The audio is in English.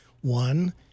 One